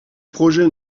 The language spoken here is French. projets